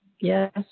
Yes